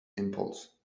impulse